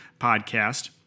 Podcast